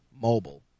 mobile